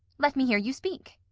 let me hear you speak.